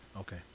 Okay